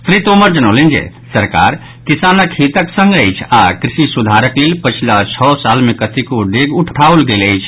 श्री तोमर जनौलनि जे सरकार किसानक हितक संग अछि आओर कृषि सुधार लेल पछिला छओ साल मे कतेको ठेग उठाओल गेल अछि